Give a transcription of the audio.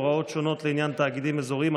הוראות שונות לעניין תאגידים אזוריים),